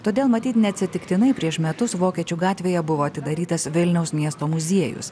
todėl matyt neatsitiktinai prieš metus vokiečių gatvėje buvo atidarytas vilniaus miesto muziejus